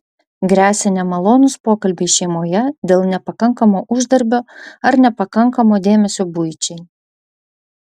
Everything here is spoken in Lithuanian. gresia nemalonūs pokalbiai šeimoje dėl nepakankamo uždarbio ar nepakankamo dėmesio buičiai